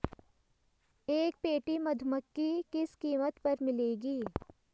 एक पेटी मधुमक्खी किस कीमत पर मिलेगी?